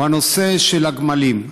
הוא הנושא של הגמלים.